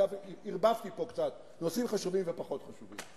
ערבבתי פה קצת נושאים חשובים ופחות חשובים,